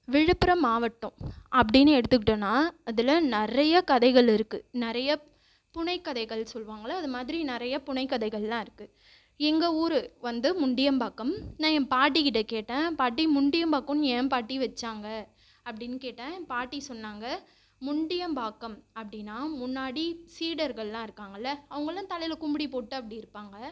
விழுப்புரம் மாவட்டம் அப்படின்னு எடுத்துக்கிட்டோனா அதில் நிறைய கதைகள் இருக்கு நிறைய புனைக் கதைகள் சொல்வாங்கள்ல அது மாதிரி நிறைய புனைக் கதைகள்லாம் இருக்கு எங்கள் ஊர் வந்து முண்டியம்பாக்கம் நான் என் பாட்டிக்கிட்ட கேட்டேன் பாட்டி முண்டியம்பாக்கன்னு ஏன் பாட்டி வச்சாங்க அப்படின்னு கேட்டேன் பாட்டி சொன்னாங்க முண்டியம்பாக்கம் அப்படின்னா முன்னாடி சீடர்கள்லாம் இருக்காங்கள்ல அவங்களாம் தலையில் கும்புடி போட்டு அப்படி இருப்பாங்க